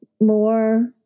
more